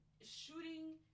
shooting